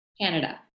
Canada